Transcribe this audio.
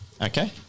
Okay